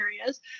areas